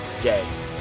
day